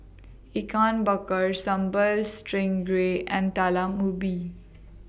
Ikan Bakar Sambal Stingray and Talam Ubi